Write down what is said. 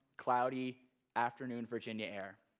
cloudy afternoon virginia air.